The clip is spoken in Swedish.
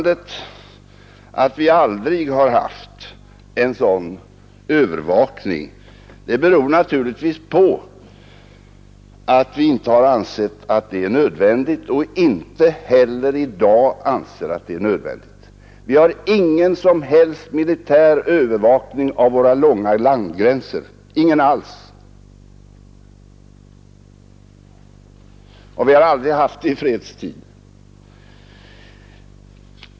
Att vi aldrig har haft en sådan övervakning beror naturligtvis på att vi inte har ansett att det är nödvändigt och inte heller i dag anser att det är nödvändigt. Vi har ingen som helst militär övervakning av våra långa landgränser — ingen alls. Och 91 vi har aldrig haft det i fredstid.